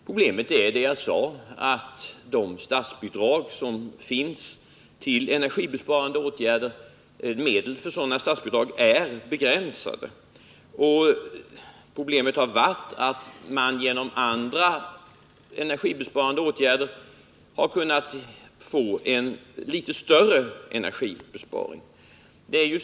Problemet är, som jag sade, att de statsbidrag som utgår för energibesparande åtgärder är begränsade och att man genom andra energibesparande åtgärder har kunnat få en något större energibesparing.